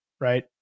right